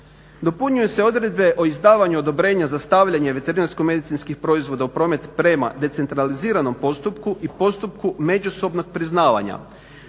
Dopunjuju se odredbe o izdavanju odobrenja za stavljanje veterinarsko-medicinskih proizvoda u promet prema decentraliziranom postupku i postupku međusobnog priznavanja